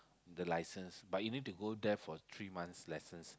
the license but you need to go there for three months lessons